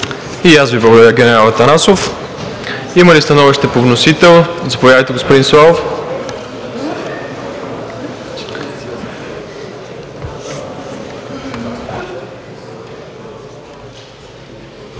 И аз Ви благодаря, генерал Атанасов. Има ли становище по вносител? Заповядайте, господин Славов